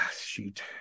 Shoot